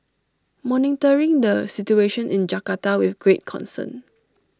monitoring the situation in Jakarta with great concern